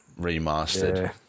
Remastered